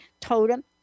Totem